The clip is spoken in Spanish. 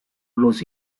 los